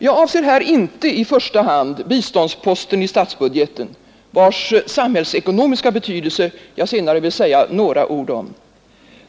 Jag avser här inte i första hand biståndsposten i statsbudgeten, vars samhällsekonomiska betydelse jag senare vill säga några ord om.